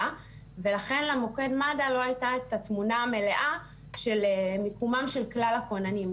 ולכן למוקד מד"א לא הייתה את התמונה המלאה של מיקומם של כלל הכוננים,